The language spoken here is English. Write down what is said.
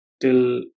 till